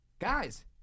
Guys